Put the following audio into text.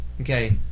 Okay